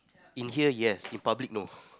in here yes in public no